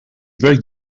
very